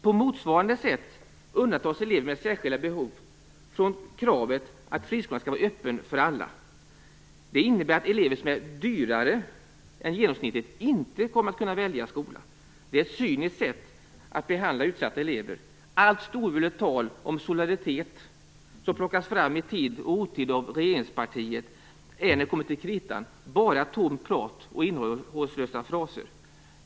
På motsvarande sätt undantas elever med särskilda behov från kravet att friskolorna skall vara öppna för alla. Det innebär att elever som är dyrare än genomsnittet inte kommer att kunna välja skola. Det är ett cyniskt sätt att behandla utsatta elever. Allt storvulet tal om solidaritet som plockas fram i tid och otid av regeringspartiet är när det kommer till kritan bara tomt prat och innehållslösa fraser.